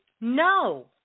no